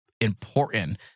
important